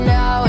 Now